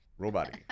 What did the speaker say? Roboty